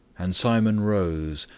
and simon rose,